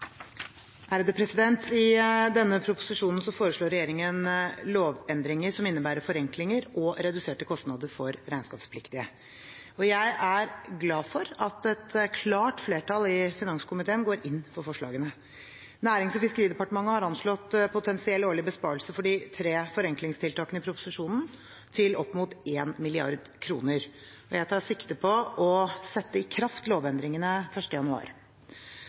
I denne proposisjonen foreslår regjeringen lovendringer som innebærer forenklinger og reduserte kostnader for regnskapspliktige. Jeg er glad for at et klart flertall i finanskomiteen går inn for forslagene. Nærings- og fiskeridepartementet har anslått potensiell årlig besparelse for de tre forenklingstiltakene i proposisjonen til opp mot 1 mrd. kr. Jeg tar sikte på å sette i kraft lovendringene 1. januar.